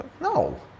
No